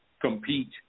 compete